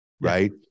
right